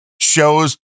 shows